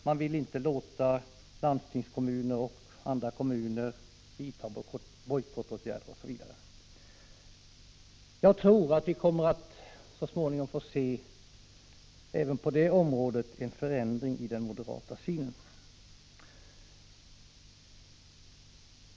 De vill inte låta kommuner och landsting vidta bojkottåtgärder, osv. Jag tror att vi kommer att så småningom få se även på det området en förändring i den moderata synen.